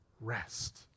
rest